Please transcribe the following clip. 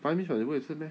白米粉你不可以吃 meh